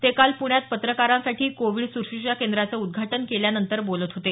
ते काल पुण्यात पत्रकारांसाठी कोविड सुश्रुषा केंद्राचं उद्घाटन केल्यानंतर बोलत होते